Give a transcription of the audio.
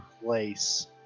place